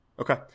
Okay